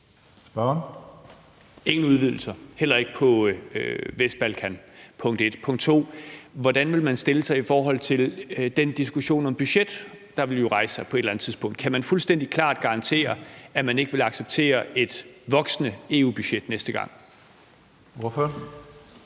hvordan man vil stille sig i forhold til den diskussion om budgettet, der jo vil rejse sig på et eller andet tidspunkt. Kan man fuldstændig klart garantere, at man ikke vil acceptere et voksende EU-budget næste gang?